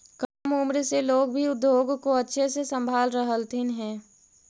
कम उम्र से लोग भी उद्योग को अच्छे से संभाल रहलथिन हे